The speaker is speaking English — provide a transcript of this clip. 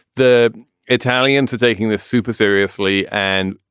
the italians are taking this super seriously. and,